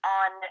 on